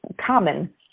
common